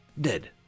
dead